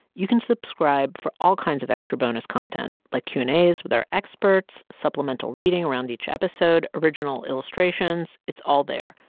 you can subscribe for all kinds of extra bonus content, like q and as with our experts, supplemental reading around each episode, original illustrations. it's all there.